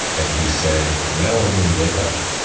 and, he said, from now on, when you wake up,